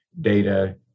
data